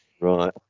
right